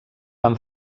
van